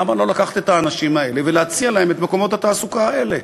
למה לא לקחת את האנשים האלה ולהציע להם את מקומות התעסוקה האלה?